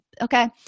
okay